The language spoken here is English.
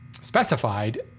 specified